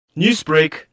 Newsbreak